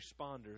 responders